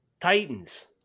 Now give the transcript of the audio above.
Titans